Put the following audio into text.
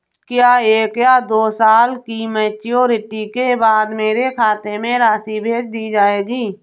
क्या एक या दो साल की मैच्योरिटी के बाद मेरे खाते में राशि भेज दी जाएगी?